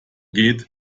geht